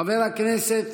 חבר הכנסת